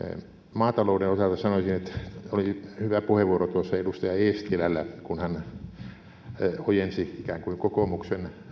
maatalouden osalta sanoisin että oli hyvä puheenvuoro tuossa edustaja eestilällä kun hän ikään kuin ojensi kokoomuksen